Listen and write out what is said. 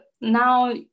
now